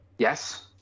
Yes